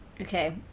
okay